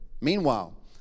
Meanwhile